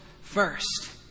first